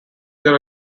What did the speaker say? their